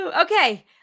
okay